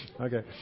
Okay